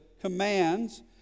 commands